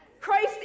Christ